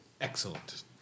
Excellent